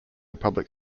public